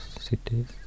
cities